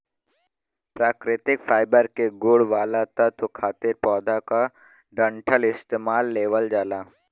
प्राकृतिक फाइबर के गुण वाला तत्व खातिर पौधा क डंठल इस्तेमाल लेवल जाला